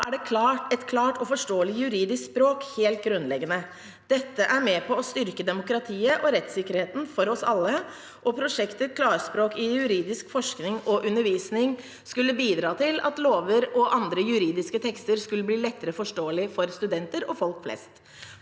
i. Da er et klart og forståelig juridisk språk helt grunnleggende. Dette er med på å styrke demokratiet og rettssikkerheten for oss alle, og prosjektet Klarspråk i juridisk forskning og undervisning skulle bidra til at lover og andre juridiske tekster skulle bli lettere forståelige for studenter og folk flest.